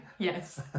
Yes